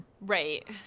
Right